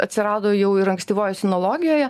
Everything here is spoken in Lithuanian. atsirado jau ir ankstyvoje sinologijoje